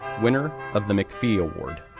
winner of the mcphee award,